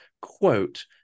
quote